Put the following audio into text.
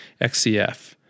XCF